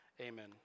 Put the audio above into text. Amen